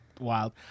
wild